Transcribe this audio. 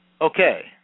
Okay